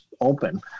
open